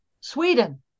sweden